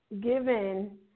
given